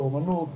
באמנות,